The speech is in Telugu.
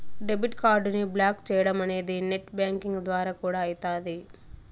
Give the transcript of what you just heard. డెబిట్ కార్డుని బ్లాకు చేయడమనేది నెట్ బ్యాంకింగ్ ద్వారా కూడా అయితాది